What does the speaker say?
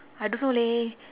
I don't know leh